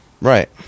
Right